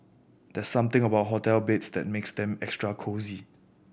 there's something about hotel beds that makes them extra cosy